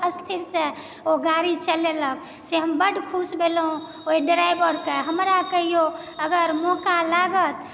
स्थिर से ओ गाड़ी चलेलक से हम बड खुश भेलहुॅं ओहि ड्राइवरके हमरा कहियो अगर मौका लागत